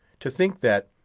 to think that,